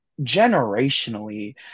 generationally